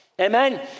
Amen